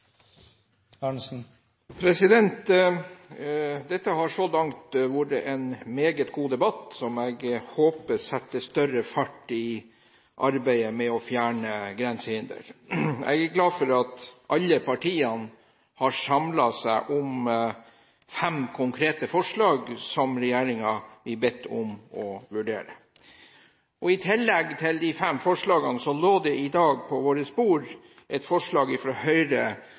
løse dette. Dette har så langt vært en meget god debatt, som jeg håper setter større fart i arbeidet med å fjerne grensehindre. Jeg er glad for at alle partiene har samlet seg om fem konkrete forslag som regjeringen blir bedt om å vurdere. I tillegg til de fem forslagene lå det i dag på våre bord forslag fra Høyre,